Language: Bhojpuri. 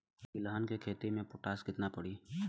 तिलहन के खेती मे पोटास कितना पड़ी?